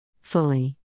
Fully